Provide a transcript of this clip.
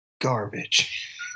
garbage